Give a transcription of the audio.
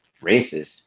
races